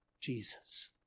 Jesus